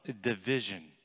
division